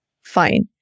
fine